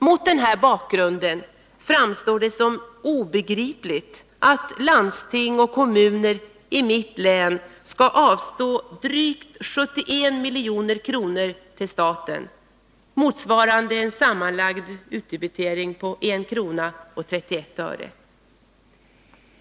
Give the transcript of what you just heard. Mot den här bakgrunden framstår det som obegripligt att landsting och kommuner i mitt län skall avstå drygt 71 milj.kr. till staten, motsvarande en sammanlagd utdebitering på 1:31 kr.